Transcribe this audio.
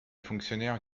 fonctionnaires